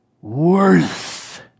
worth